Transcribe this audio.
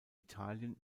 italien